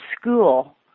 school